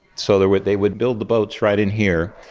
so they would they would build the boats right in here.